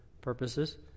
purposes